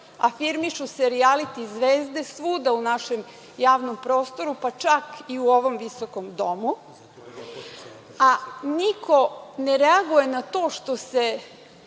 afirmišu se rijaliti zvezde svuda u našem javnom prostoru, pa čak i u ovom visokom domu, a niko ne reaguje na to što se